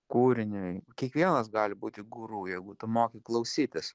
kūriniui kiekvienas gali būti guru jeigu tu moki klausytis